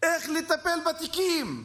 איך לטפל בתיקים,